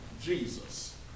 Jesus